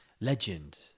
legend